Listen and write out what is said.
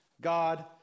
God